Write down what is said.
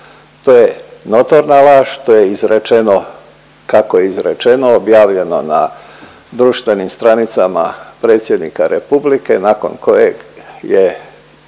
To je notorna laž, to je izrečeno kako je izrečeno, objavljeno na društvenim stranicama Predsjednika Republike nakon kojeg je jedan